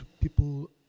people